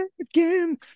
again